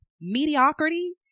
Mediocrity